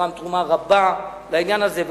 שתרם תרומה רבה לעניין הזה,